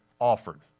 offered